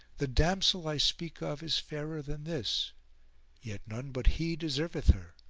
the damsel i speak of is fairer than this yet none but he deserveth her,